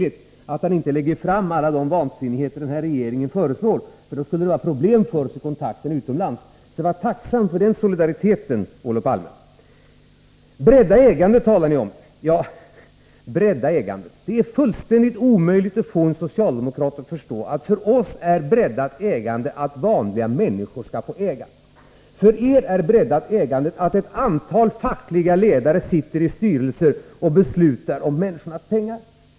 Vi skall vara glada för att han inte lägger fram alla de vansinnigheter denna regering föreslår, för då skulle det vara problem för oss i kontakterna utomlands. Var tacksam för den solidariteten, Olof Palme! Ni talar om att bredda ägandet. Det är fullständigt omöjligt att få en socialdemokrat att förstå, att för oss är breddat ägande det att vanliga människor skall få äga. För er är breddat ägande att ett antal fackliga ledare sitter i styrelser och beslutar om människornas pengar.